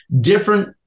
different